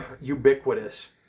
ubiquitous